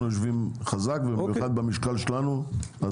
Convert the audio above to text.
אנחנו יושבים חזק, ובמיוחד במשקל שלנו.